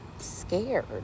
scared